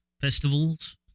festivals